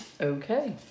Okay